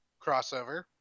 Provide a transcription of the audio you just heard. crossover